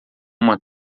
uma